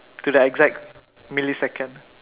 to the exact millisecond